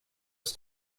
his